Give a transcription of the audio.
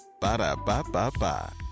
Ba-da-ba-ba-ba